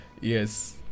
Yes